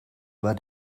war